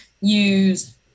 use